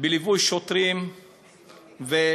בליווי שוטרים וכלבים